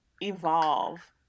evolve